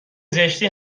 زشتی